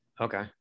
okay